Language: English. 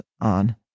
on